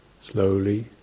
slowly